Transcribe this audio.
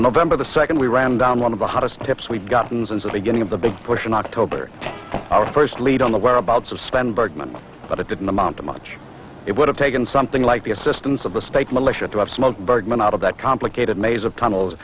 november the second we ran down one of the hottest dips we've gotten since really getting the big push in october our first lead on the whereabouts of spend bergmann but it didn't amount to much it would have taken something like the assistance of the state militia to have smoke bergmann out of that complicated maze of tunnels